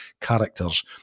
characters